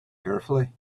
carefully